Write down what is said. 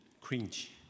cringe